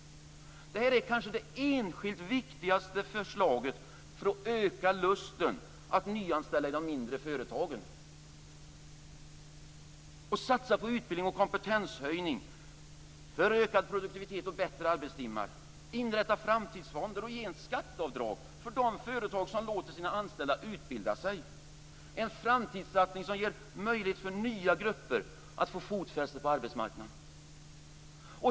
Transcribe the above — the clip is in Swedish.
Det är kanske det enskilt viktigaste förslaget för att öka lusten att nyanställa i de mindre företagen. Satsa på utbildning och kompetenshöjning för ökad produktivitet och bättre arbetstimmar. Inrätta framtidsfonder och ge skatteavdrag för de företag som låter sina anställda utbilda sig. Det är en framtidssatsning som ger möjlighet för nya grupper att få fotfäste på arbetsmarknaden.